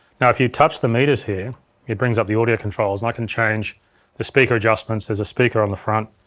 now, if you touch the meters here it brings up the audio controls and i can change the speaker adjustments, there's a speaker on the front,